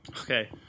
Okay